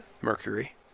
Mercury